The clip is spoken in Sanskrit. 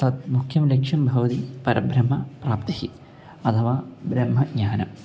तत् मुख्यं लक्ष्यं भवति परभ्रह्मप्राप्तिः अथवा ब्रह्मज्ञानं